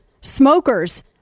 Smokers